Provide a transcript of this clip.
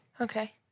Okay